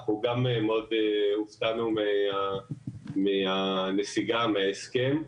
הופתענו מהנסיגה מההסכם.